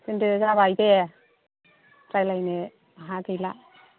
दोनदो जाबाय दे रायलायनो माबा गैला